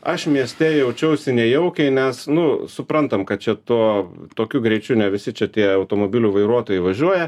aš mieste jaučiausi nejaukiai nes nu suprantam kad čia to tokiu greičiu ne visi čia tie automobilių vairuotojai važiuoja